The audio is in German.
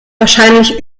wahrscheinlich